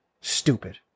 stupid